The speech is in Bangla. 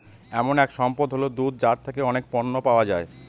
এমন এক সম্পদ হল দুধ যার থেকে অনেক পণ্য পাওয়া যায়